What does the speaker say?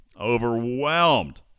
overwhelmed